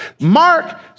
Mark